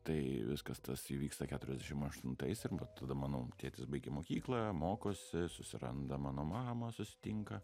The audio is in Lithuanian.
tai viskas tas įvyksta keturiasdešim aštuntais tada mano tėtis baigia mokyklą mokosi susiranda mano mamą susitinka